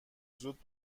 زود